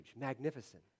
magnificent